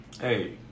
Hey